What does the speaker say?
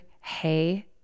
hey